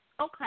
Okay